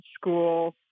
school